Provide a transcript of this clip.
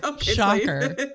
Shocker